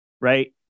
right